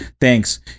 thanks